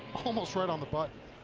almost right on the button.